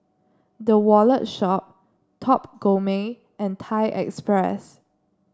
The Wallet Shop Top Gourmet and Thai Express